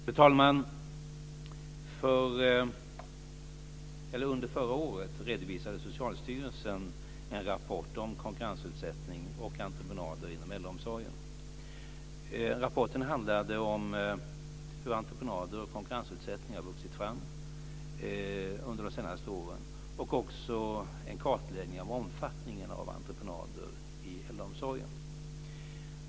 Fru talman! Under förra året redovisade Socialstyrelsen en rapport om konkurrensutsättning och entreprenader inom äldreomsorgen. Rapporten handlade om hur entreprenader och konkurrensutsättning har vuxit fram under de senaste åren och innehöll också en kartläggning av omfattningen av entreprenader i äldreomsorgen.